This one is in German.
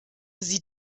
sie